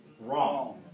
wrong